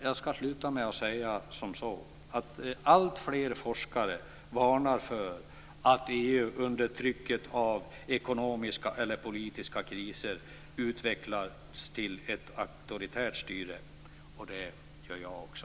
Jag ska avsluta med att säga att alltfler forskare varnar för att EU under trycket av ekonomiska eller politiska kriser utvecklas till ett auktoritärt styre. Det gör jag också.